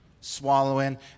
swallowing